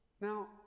now